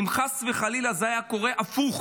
אם חס וחלילה זה היה קורה הפוך,